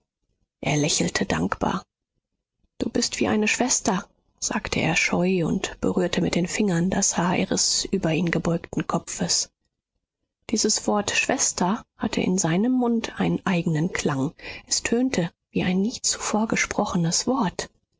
er lächelte dankbar du bist wie eine schwester sagte er scheu und berührte mit den fingern das haar ihres über ihn gebeugten kopfes dieses wort schwester hatte in seinem mund einen eignen klang es tönte wie ein nie zuvor gesprochenes wort